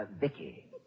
Vicky